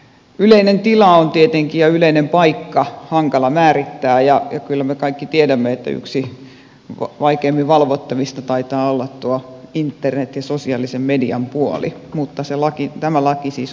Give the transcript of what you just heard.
yleinen tila ja yleinen paikka on tietenkin hankala määrittää ja kyllä me kaikki tiedämme että yksi vaikeimmin valvottavista taitaa olla tuo internet ja sosiaalisen median puoli mutta tämä laki siis ulottuu myös sinne